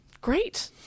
Great